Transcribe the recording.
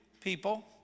people